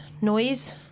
noise